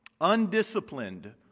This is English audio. undisciplined